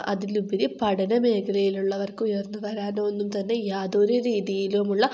അതിലുപരി പഠന മേഖലയിലുള്ളവർക്കും ഉയർന്നു വരാനോ ഒന്നും തന്നെ യാതൊരു രീതിയിലുമുള്ള